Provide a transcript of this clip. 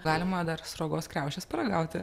galima dar sruogos kriaušės paragauti